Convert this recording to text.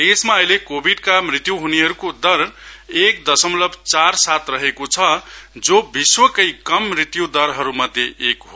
देशमा अहिले कोविड का मृत्यु हुनेहरुको दर एक दशमलव चार सात रहेको छ जो विश्वकै कम मृत्यु दरहरु मध्ये एक हो